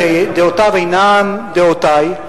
שדעותיו אינן דעותי,